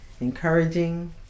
encouraging